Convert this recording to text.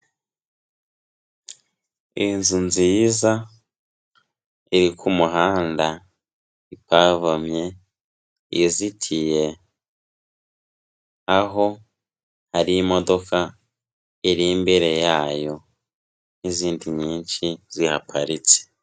Inzu nziza iri ku muhanda ipavomye, izitiye aho hari imodoka iri imbere yayo n'izindi nyinshi zihaparitse.